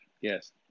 Yes